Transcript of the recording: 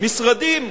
הן משרדים,